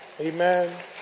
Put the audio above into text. Amen